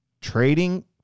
trading